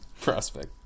prospect